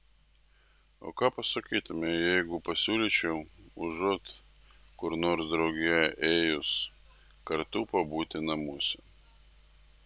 o ką pasakytumei jeigu pasiūlyčiau užuot kur nors drauge ėjus kartu pabūti namuose